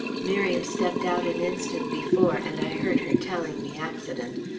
miriam stepped out an instant before, and i heard her telling the accident.